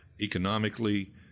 economically